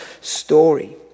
story